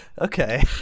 Okay